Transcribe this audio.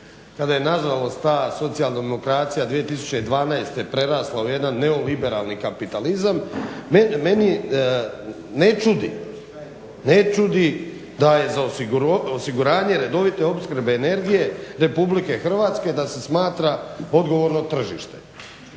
kada je nažalost ta socijaldemokracija 2012. prerasla u jedan neoliberalni kapitalizam. Mene ne čudi, ne čudi, da je za osiguranje redovite opskrbe energije Republike Hrvatske, da se smatra odgovorno tržište.